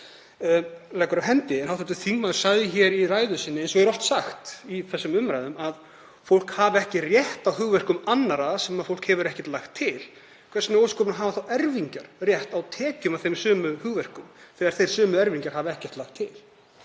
af hendi. En hv. þingmaður sagði hér í ræðu sinni, eins og oft er sagt í þessum umræðum, að fólk hefði ekki rétt á hugverkum annarra sem það hefur ekkert lagt til. Hvers vegna í ósköpunum eiga erfingjar rétt á tekjum af hugverkum þegar þeir sömu erfingjar hafa ekkert lagt til?